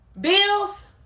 Bills